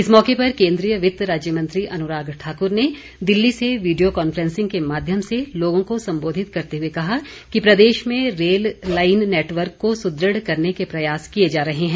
इस मौके पर केन्द्रीय वित्त राज्य मंत्री अनुराग ठाकुर ने दिल्ली से विडियो कांफ्रेंसिंग के माध्यम से लोगों को सम्बोधित करते हुए कहा कि प्रदेश में रेल लाईन नेटवर्क को सुदृढ़ करने के प्रयास किए जा रहे हैं